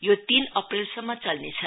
यो तीन अप्रेलसम्म चल्नेछ